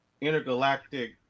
intergalactic